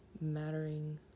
mattering